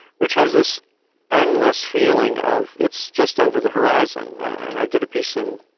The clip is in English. which has this endless feeling of it's just over the horizon. and i did a piece in.